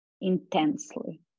intensely